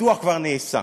בטוח כבר נעשה.